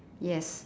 yes